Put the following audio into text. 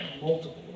multiple